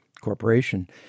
corporation